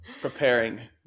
Preparing